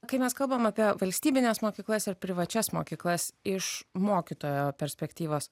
kai mes kalbam apie valstybines mokyklas ir privačias mokyklas iš mokytojo perspektyvos